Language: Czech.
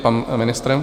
Pan ministr?